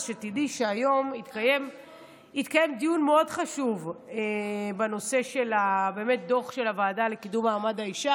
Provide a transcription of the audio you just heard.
התקיים דיון מאוד חשוב בנושא הדוח של הוועדה לקידום מעמד האישה,